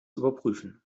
überprüfen